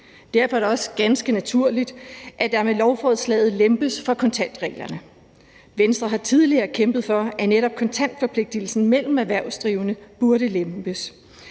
Derfor er det også ganske naturligt, at der med lovforslaget lempes på kontantreglerne. Venstre har tidligere kæmpet for, at netop kontantforpligtigelsen mellem erhvervsdrivende lempes.